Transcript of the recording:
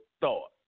thought